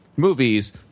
movies